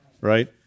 right